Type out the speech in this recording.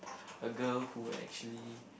a girl who actually